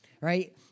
Right